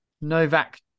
Novak